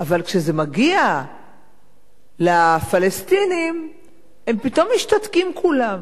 אבל כשזה מגיע לפלסטינים הם פתאום משתתקים כולם,